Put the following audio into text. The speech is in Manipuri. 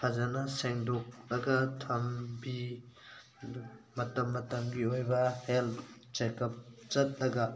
ꯐꯖꯅ ꯁꯦꯡꯗꯣꯛꯂꯒ ꯊꯝꯕꯤ ꯑꯗꯨꯒ ꯃꯇꯝ ꯃꯇꯝꯒꯤ ꯑꯣꯏꯕ ꯍꯦꯜꯊ ꯆꯦꯛ ꯑꯞ ꯆꯠꯂꯒ